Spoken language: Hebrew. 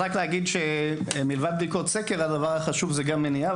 מלבד בדיקות הסקר הדבר החשוב זה גם מניעה.